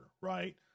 right